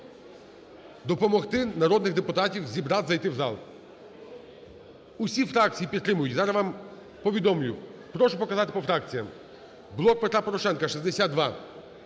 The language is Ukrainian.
допомогти народних депутатів зібрати, зайти в зал. Усі фракції підтримують, зараз я вам повідомлю, прошу показати по фракціям: "Блок Петра Порошенка" –